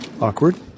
Awkward